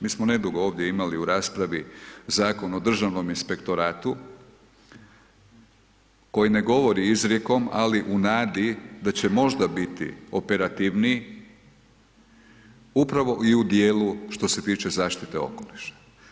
Mi smo nedugo ovdje imali u raspravi Zakon o državnom inspektoratu koji ne govori izrijekom, ali u nadi da će možda biti operativniji, upravo i u dijelu što se tiče zaštite okoliša.